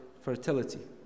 fertility